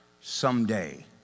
someday